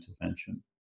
intervention